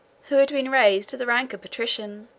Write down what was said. who had been raised to the rank of patrician,